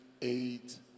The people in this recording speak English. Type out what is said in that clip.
eight